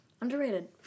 Underrated